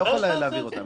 אני לא יכול להעביר אותן.